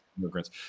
immigrants